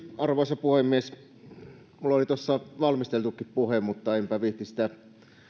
arvoisa puhemies minulla oli tuossa valmisteltukin puhe mutta enpä viitsi sitä